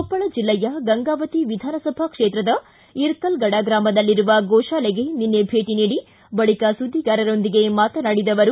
ಕೊಪ್ಪಳ ಜಿಲ್ಲೆಯ ಗಂಗಾವತಿ ವಿಧಾನಸಭಾ ಕ್ಷೇತ್ರದ ಇರಕಲ್ ಗಡ ಗ್ರಾಮದಲ್ಲಿರುವ ಗೋಶಾಲೆಗೆ ನಿನ್ನೆ ಭೇಟಿ ನೀಡಿ ಬಳಿಕ ಸುದ್ದಿಗಾರರೊಂದಿಗೆ ಮಾತನಾಡಿದ ಅವರು